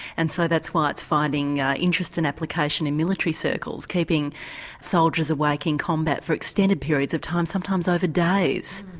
and so that's why it's finding interest in application in military circles, keeping soldiers awake in combat for extended periods of time, sometimes over days.